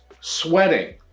Sweating